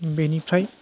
बेनिफ्राय